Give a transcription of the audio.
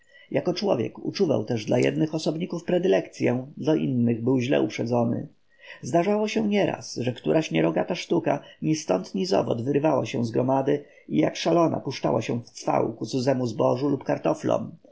jako człowiek uczuwał też dla jednych osobników predylekcyę do innych był źle uprzedzony zdarzało się nieraz że któraś nierogata sztuka ni ztąd ni zowąd wyrywała się z gromady i jak szalona puszczała się w cwał ku cudzemu zbożu lub